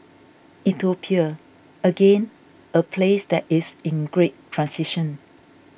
Ethiopia again a place that is in great transition